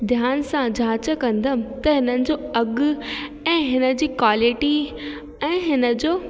ध्यान सां जांच कंदमि त हिननि जो अघ ऐं हिन जी क्वालिटी ऐं हिन जो